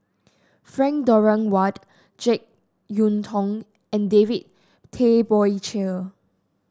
Frank Dorrington Ward JeK Yeun Thong and David Tay Poey Cher